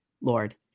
Lord